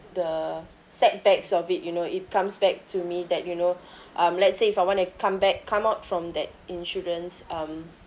the setbacks of it you know it comes back to me that you know um let's say if I want to come back come out from that insurance um